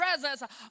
presence